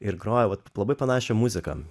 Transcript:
ir groja vat labai panašią muziką